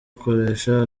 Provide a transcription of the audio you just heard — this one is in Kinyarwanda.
akoresha